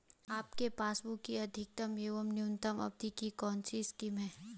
आपके पासबुक अधिक और न्यूनतम अवधि की कौनसी स्कीम है?